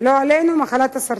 לא עלינו, מחלת הסרטן.